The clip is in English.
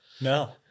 No